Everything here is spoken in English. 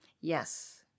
Yes